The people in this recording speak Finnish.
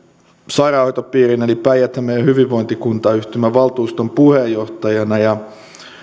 sairaanhoitopiirin päijät hämeen hyvinvointikuntayhtymän valtuuston puheenjohtajana ja